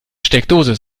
steckdose